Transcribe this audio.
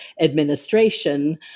administration